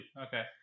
Okay